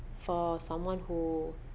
for someone who